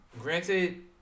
Granted